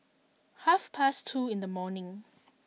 half past two in the morning